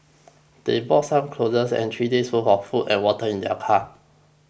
they brought some clothes and three days' worth of food and water in their car